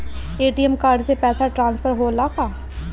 ATM card से पैसा transfer होला का?